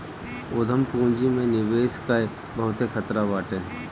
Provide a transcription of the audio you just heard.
उद्यम पूंजी में निवेश कअ बहुते खतरा बाटे